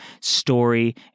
story